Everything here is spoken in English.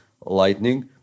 Lightning